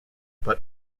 but